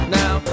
now